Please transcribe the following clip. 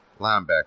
linebacker